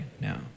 now